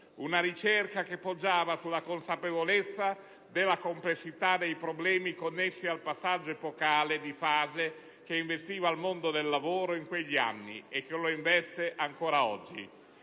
una ricerca che poggiava sulla consapevolezza della complessità dei problemi connessi al passaggio epocale di fase che investiva il mondo del lavoro in quegli anni e che lo investe ancora oggi.